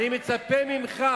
אני מצפה ממך,